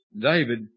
David